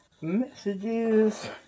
messages